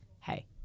hey